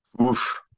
oof